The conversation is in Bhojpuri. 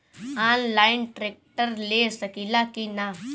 आनलाइन ट्रैक्टर ले सकीला कि न?